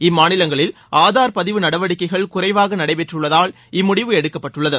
இம் மாநிலங்களில் ஆதார் பதிவு நடவடிக்கைகள் குறைவாக நடைபெற்றுள்ளதால் இம்முடிவு எடுக்கப்பட்டுள்ளது